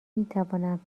میتوانم